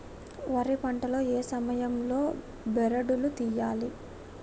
వరి పంట లో ఏ సమయం లో బెరడు లు తియ్యాలి?